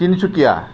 Tinsukia